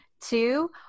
two